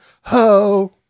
ho